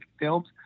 films